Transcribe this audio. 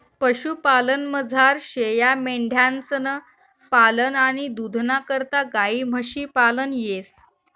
पशुपालनमझार शेयामेंढ्यांसनं पालन आणि दूधना करता गायी म्हशी पालन येस